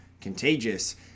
contagious